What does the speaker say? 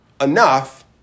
enough